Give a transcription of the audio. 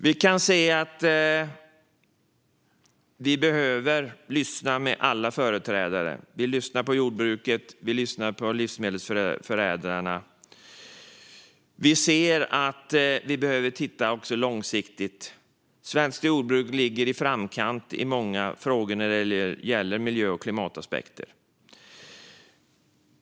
Vi behöver lyssna till alla företrädare, till jordbruket och till livsmedelsförädlarna. Vi behöver också se långsiktigt. Svenskt jordbruk ligger i framkant i många frågor när det gäller miljö och klimataspekter.